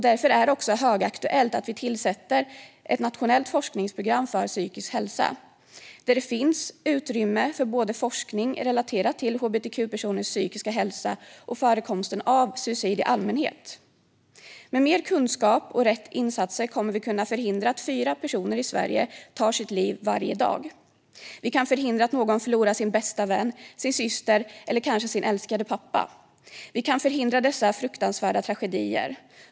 Därför är det också högaktuellt att vi tillsätter ett nationellt forskningsprogram för psykisk hälsa där det finns utrymme för forskning relaterad till hbtq-personers psykiska hälsa och förekomsten av suicid i allmänhet. Med mer kunskap och rätt insatser kommer vi att kunna förhindra att fyra personer i Sverige tar sitt liv varje dag. Vi kan förhindra att någon förlorar sin bästa vän, sin syster eller kanske sin älskade pappa. Vi kan förhindra dessa fruktansvärda tragedier.